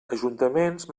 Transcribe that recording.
ajuntaments